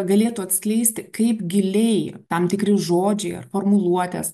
galėtų atskleisti kaip giliai tam tikri žodžiai ar formuluotės